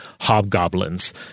hobgoblins